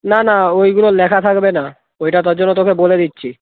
না না ওইগুলো লেখা থাকবে না ওইটা তার জন্য তোকে বলে দিচ্ছি